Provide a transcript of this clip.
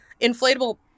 inflatable